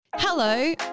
Hello